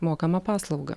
mokamą paslaugą